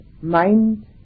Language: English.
mind